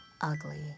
ugly